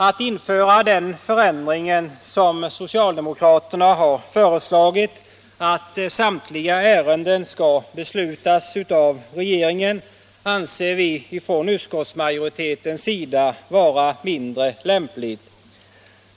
Att göra den förändring som socialdemokraterna har föreslagit, nämligen att samtliga ärenden skall beslutas av regeringen, anser vi inom utskottsmajoriteten vara mindre lämpligt.